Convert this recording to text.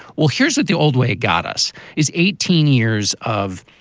well, here's that. the old way it got us is eighteen years of.